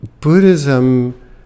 Buddhism